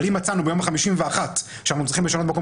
אבל אם מצאנו ביום ה-51 שאנחנו צריכים לשנות מקום